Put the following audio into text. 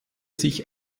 sich